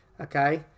Okay